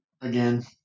again